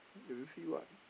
do you see what